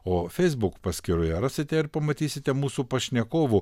o facebook paskyroje rasite ir pamatysite mūsų pašnekovų